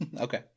Okay